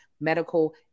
Medical